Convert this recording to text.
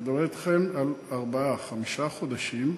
אני מדבר אתכם על ארבעה-חמישה חודשים,